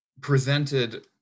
presented